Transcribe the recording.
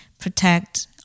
protect